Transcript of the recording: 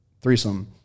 threesome